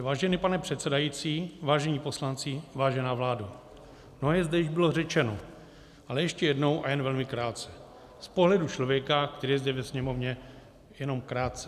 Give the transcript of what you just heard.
Vážený pane předsedající, vážení poslanci, vážená vládo, mnohé zde již bylo řečeno, ale ještě jednou a jen velmi krátce z pohledu člověka, který je zde ve Sněmovně jenom krátce.